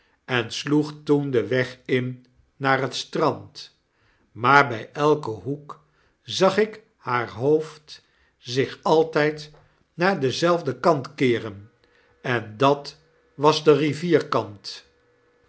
en sloeg toen den weg in naar het strand maar by elken hoek zag ik haar hoofd zich altyd naar denzelfden kant keeren en dat was de rivierkant